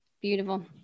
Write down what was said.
Beautiful